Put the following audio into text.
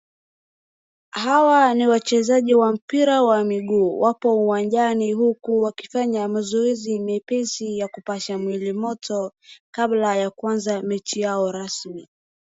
Hawa ni wachezaji wa mpira wa miguu, wapo uwanjani huku wakifanya mazoezi mepesi ya kupasha mwili moto kabla ya kuanza mechi yao rasmi.